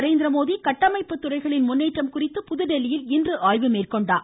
நரேந்திரமோடி கட்டமைப்பு துறைகளின் முன்னேற்றம் குறித்து புதுதில்லியில் இன்று ஆய்வு மேற்கொண்டார்